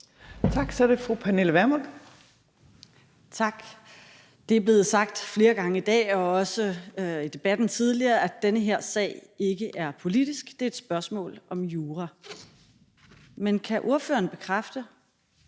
Kl. 12:04 Pernille Vermund (NB): Tak. Det er blevet sagt flere gange i dag og også i debatten tidligere, at den her sag ikke er politisk, men at det er et spørgsmål om jura. Men kan ordføreren bekræfte,